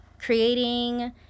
creating